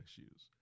issues